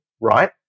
right